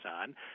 on